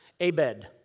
Abed